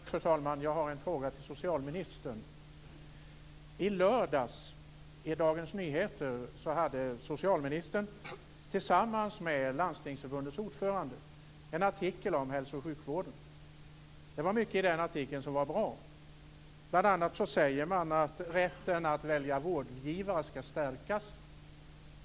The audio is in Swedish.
Fru talman! Jag har en fråga till socialministern. I lördagens Dagens Nyheter hade socialministern tillsammans med Landstingsförbundets ordförande en artikel om hälso och sjukvården. Det var mycket i den artikeln som var bra. Bl.a. skriver man att rätten att välja vårdgivare skall stärkas.